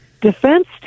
defense